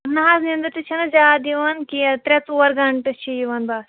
نہَ حظ نیٚنٛدٕر تہِ چھَ نہٕ زیاد یِوان کیٚنٛہہ ترٛےٚ ژور گَنٹہٕ چھِ یِوان بَس